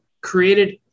created